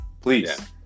please